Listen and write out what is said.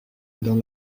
dans